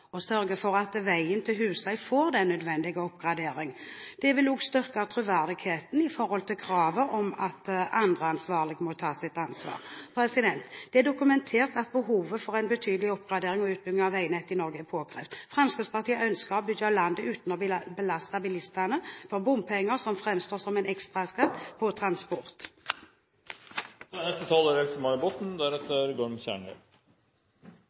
for at veien til Husøy får den nødvendige oppgradering. Det vil også styrke troverdigheten i forhold til kravet om at andre ansvarlige må ta sitt ansvar. Det er dokumentert at behovet for en betydelig oppgradering og utbygging av veinettet i Norge er påkrevd. Fremskrittspartiet ønsker å bygge landet uten å belaste bilistene for bompenger, som framstår som en ekstraskatt på